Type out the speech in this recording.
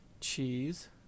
cheese